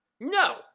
no